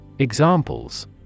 Examples